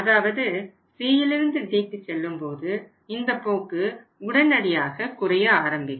அதாவது Cயிலிருந்து Dக்கு செல்லும்போது இந்தப் போக்கு உடனடியாக குறைய ஆரம்பிக்கும்